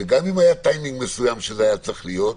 וגם אם היה טיימינג מסוים שזה היה צריך להיות,